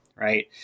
Right